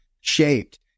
shaped